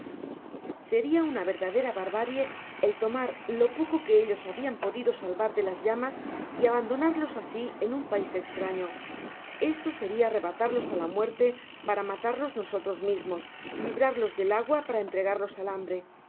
seria una verdadera barbárie el tomar lo poco qne ellos habian podido salvar de as llamas y abandonarlos asi en un pais estraño esto seria arrebatarlos á la muerte para matarlos nosotros mismos librarlos del agua para entregarlos al hambre